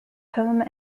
home